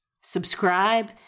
subscribe